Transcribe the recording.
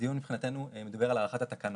הדיון מבחינתנו מדבר על הארכת התקנות.